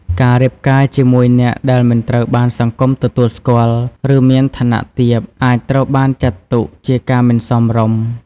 ការរៀបការជាមួយអ្នកដែលមិនត្រូវបានសង្គមទទួលស្គាល់ ឬមានឋានៈទាប អាចត្រូវបានចាត់ទុកជាការមិនសមរម្យ។